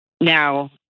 Now